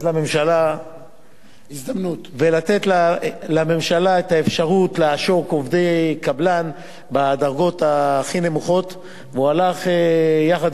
לממשלה את האפשרות לעשוק עובדי קבלן בדרגות הכי נמוכות,